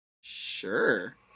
sure